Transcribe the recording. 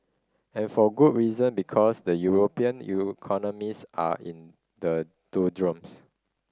and for good reason because the European are in the doldrums